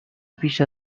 پیش